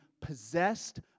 possessed